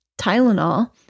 Tylenol